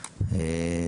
שאמרנו,